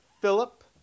Philip